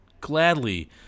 gladly